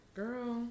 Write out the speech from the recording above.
girl